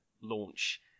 launch